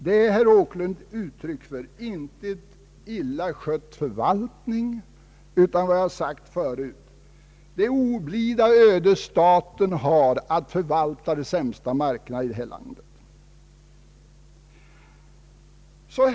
Det är, herr Åkerlund, inte ett uttryck för illa skött förvaltning, utan för det oblida öde som medfört att staten har att förvalta de sämsta markerna i detta land.